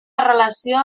relació